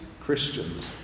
Christians